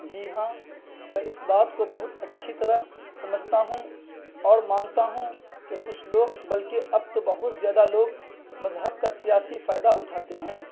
جی ہاں میں اس بات کو بہت اچّھی طرح سمجھتا ہوں اور مانتا ہوں کہ کچھ لوگ بلکہ اب تو بہت زیادہ لوگ مذہب کا سیاسی فائدہ اٹھاتے ہیں